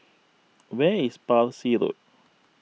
where is Parsi Road